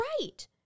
right